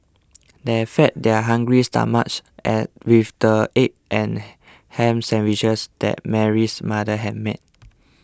they fed their hungry stomachs with the egg and ham sandwiches that Mary's mother had made